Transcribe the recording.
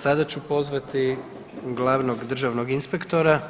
Sada ću pozvati glavnog državnog inspektora